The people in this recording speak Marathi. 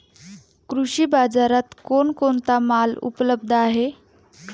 कृषी बाजारात कोण कोणता माल उपलब्ध आहे?